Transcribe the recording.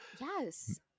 Yes